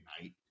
night